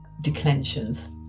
declensions